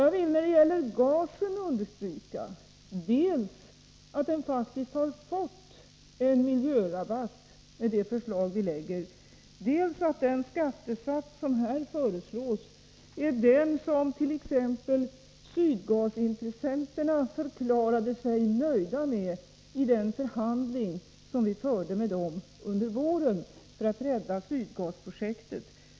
Jag vill när det gäller gasen understryka dels att den faktiskt har fått en miljörabatt med det förslag som vi lägger fram, dels att den skattesats som här föreslås är den som t.ex. Sydgasintressenterna förklarade sig nöjda med i den förhandling som vi förde med dem under våren för att rädda Sydgasprojektet.